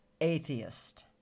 atheist